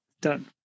Done